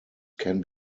can